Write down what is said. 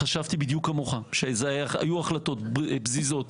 חשבתי בדיוק כמוך שזה היו החלטות פזיזות,